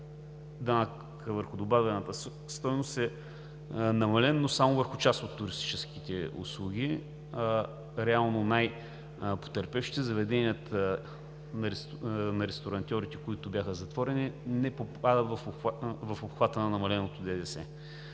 Данъкът върху добавената стойност е намален, но само върху част от туристическите услуги. Реално най-потърпевшите – заведенията на ресторантьорите, които бяха затворени, не попадат в обхвата на намаленото ДДС.